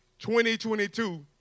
2022